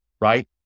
right